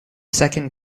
second